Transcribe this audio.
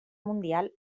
mundial